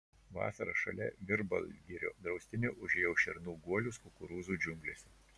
vasarą šalia virbalgirio draustinio užėjau šernų guolius kukurūzų džiunglėse